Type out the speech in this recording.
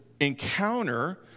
encounter